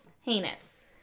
Heinous